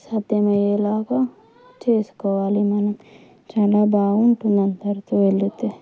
సాధ్యం అయ్యేలాగా చేసుకోవాలి మనం చాలా బాగుంటుంది అందరితో వెళితే